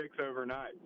overnight